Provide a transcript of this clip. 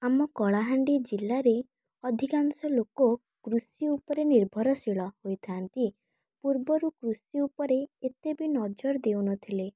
ଆମ କଳାହାଣ୍ଡି ଜିଲ୍ଲାରେ ଅଧିକାଂଶ ଲୋକ କୃଷି ଉପରେ ନିର୍ଭରଶୀଳ ହୋଇଥାନ୍ତି ପୂର୍ବରୁ କୃଷି ଉପରେ ଏତେ ବି ନଜର ଦେଉନଥିଲେ